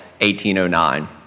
1809